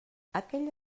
aquell